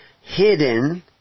hidden